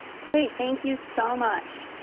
great, thank you so much.